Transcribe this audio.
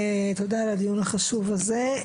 תודה על הדיון החשוב הזה.